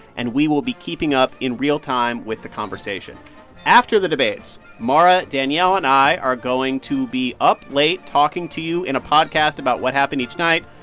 and we will be keeping up in real time with the conversation after the debates, mara, danielle and i are going to be up late talking to you in a podcast about what happened each night.